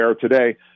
today